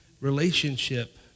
relationship